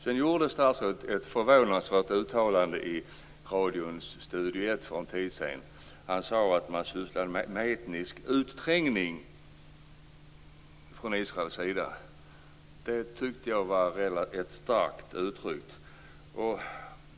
Sedan gjorde statsrådet ett förvånansvärt uttalande i radions Studio Ett för en tid sedan. Han sade att man sysslade med etnisk utträngning från Israels sida. Jag tyckte att det var ett starkt uttryck.